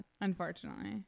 unfortunately